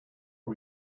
are